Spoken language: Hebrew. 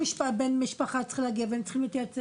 בן משפחה צריך להגיע והם צריכים להתייעץ,